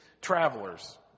travelers